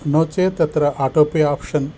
नो चेत् तत्र auto pay option